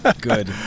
Good